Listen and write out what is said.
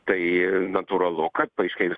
tai natūralu kad paaiškėjus